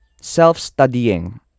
self-studying